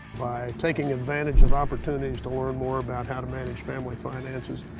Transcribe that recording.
by taking advantage of opportunities to learn more about how to manage family finances,